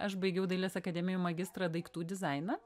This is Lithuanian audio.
aš baigiau dailės akademijoj magistrą daiktų dizainą